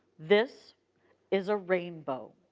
this is a rainbow.